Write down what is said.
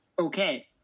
Okay